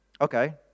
Okay